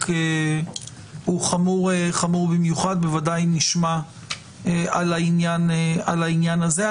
הוא חמור במיוחד ובוודאי נשמע על העניין הזה.